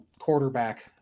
Quarterback